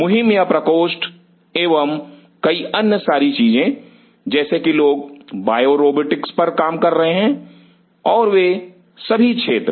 मुहिम या प्रकोष्ठ एवं कई अन्य सारी चीजें जैसे कि लोग बायो रोबोटिक्स पर काम करते हैं और वे सभी क्षेत्र